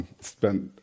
spent